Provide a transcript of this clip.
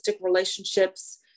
relationships